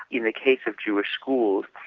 in the case of jewish schools,